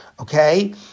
okay